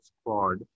squad